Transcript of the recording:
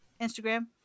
Instagram